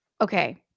okay